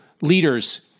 leaders